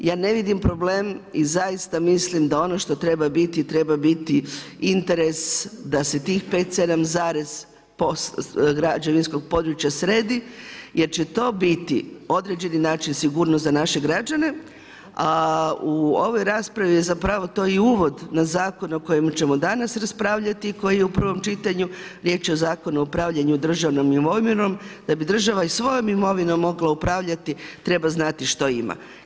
Ja ne vidim problem i zaista mislim da ono što treba biti treba biti interes da se tih 5,7%, građevinskog područja sredi jer će to biti određeni način sigurnosti za naše građane a u ovoj raspravi je zapravo to i uvod na zakon o kojem ćemo danas raspravljati i koji je u prvom čitanju, riječ je o Zakonu o upravljanju državnom imovinom da bi državnom imovinom da bi država i svojom imovinom mogla upravljati treba znati što ima.